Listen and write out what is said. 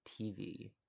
tv